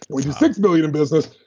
which is six billion in business,